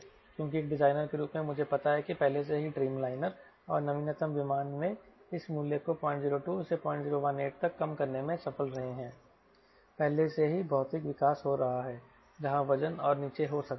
क्योंकि एक डिजाइनर के रूप में मुझे पता है कि पहले से ही ड्रीमलाइनर और नवीनतम विमान वे इस मूल्य को 002 से 0018 तक कम करने में सफल रहे हैं पहले से ही भौतिक विकास हो रहा है जहां वजन और नीचे जा सकता है